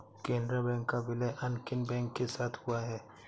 Canara bank का विलय अन्य किन बैंक के साथ हुआ है?